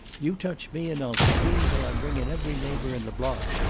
you touch me, and i'll scream till i bring in every neighbor in the block.